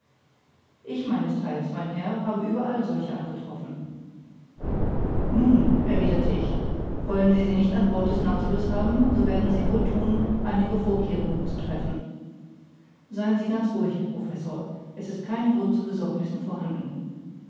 ich meines theils mein herr habe überall solche angetroffen nun erwiderte ich wollen sie sie nicht an bord des nautilus haben so werden sie wohl thun einige vorkehrungen zu treffen seien sie ganz ruhig herr professor es ist kein grund zu besorgnissen vorhanden